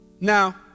Now